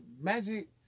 Magic